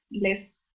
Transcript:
less